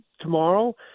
tomorrow